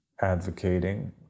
advocating